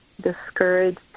discouraged